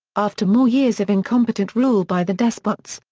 after more years of incompetent rule by the despots,